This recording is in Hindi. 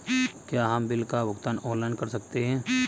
क्या हम बिल का भुगतान ऑनलाइन कर सकते हैं?